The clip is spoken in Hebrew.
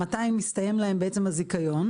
מתי מסתיים להן הזיכיון,